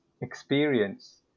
experience